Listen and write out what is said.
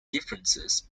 differences